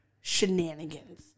shenanigans